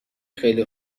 خیلی